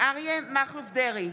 אריה מכלוף דרעי,